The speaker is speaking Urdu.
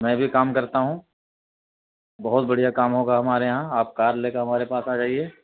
میں بھی کام کرتا ہوں بہت بڑھیا کام ہوگا ہمارے یہاں آپ کار لے کے ہمارے پاس آ جائیے